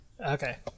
Okay